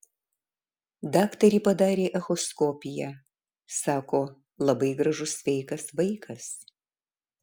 daktarė padarė echoskopiją sako labai gražus sveikas vaikas